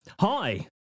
Hi